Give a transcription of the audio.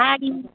sari